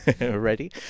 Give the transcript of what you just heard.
ready